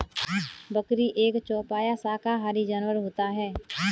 बकरी एक चौपाया शाकाहारी जानवर होता है